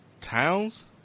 Towns